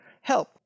help